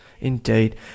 Indeed